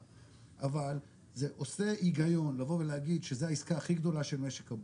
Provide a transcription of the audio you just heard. אבל זה עושה הגיון לבוא ולהגיד שזאת העיסקה הכי גדולה של משק הבית,